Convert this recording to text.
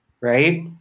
Right